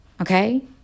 okay